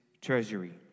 treasury